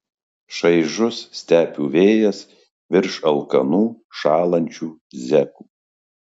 šaižus stepių vėjas virš alkanų šąlančių zekų